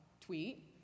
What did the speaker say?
tweet